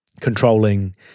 controlling